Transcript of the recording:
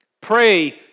pray